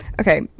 okay